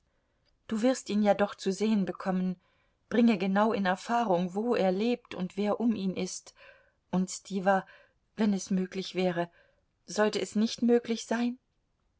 du wirst ihn ja doch zu sehen bekommen bringe genau in erfahrung wo er lebt und wer um ihn ist und stiwa wenn es möglich wäre sollte es nicht möglich sein